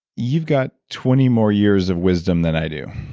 you've got twenty more years of wisdom than i do,